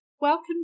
Welcome